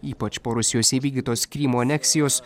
ypač po rusijos įvykdytos krymo aneksijos